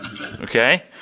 Okay